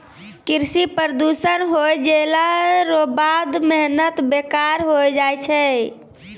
कृषि प्रदूषण हो जैला रो बाद मेहनत बेकार होय जाय छै